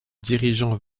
dirigeant